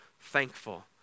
thankful